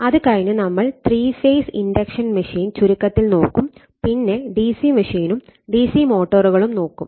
അത് കഴിഞ്ഞ് നമ്മൾ ത്രീ ഫേസ് ഇൻഡക്ഷൻ മെഷീൻ ചുരുക്കത്തിൽ നോക്കും പിന്നെ ഡി സി മെഷീനും ഡിസി മോട്ടോറുകളും നോക്കും